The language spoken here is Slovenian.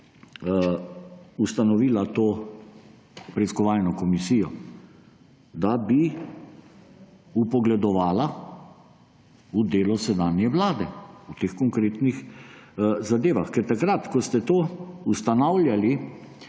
ustanovila to preiskovalno komisijo – da bi vpogledovala v delo sedanje vlade v teh konkretnih zadevah. Takrat, ko ste to ustanavljali,